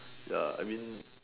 ya I mean